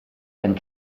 and